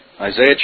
Isaiah